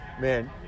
man